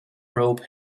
rope